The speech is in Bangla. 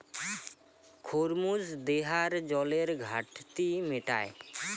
খরমুজ দেহার জলের ঘাটতি মেটায়